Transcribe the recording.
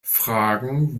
fragen